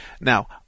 Now